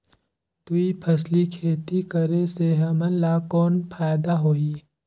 दुई फसली खेती करे से हमन ला कौन फायदा होही?